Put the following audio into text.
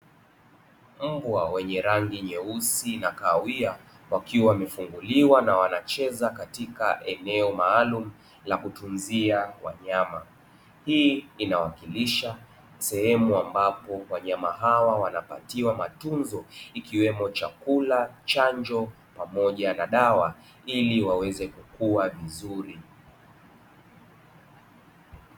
Mbwa wenye rangi nyeusi na kahawia wakiwa wamefungiwa na wanacheza katika eneo maalum la kutunzia wanyama. Hii inawakilisha sehemu ambapo wanyama hawa wanapatiwa matunzo ikiwemo chakula, chanjo pamoja na dawa ili waweze kua vizuri.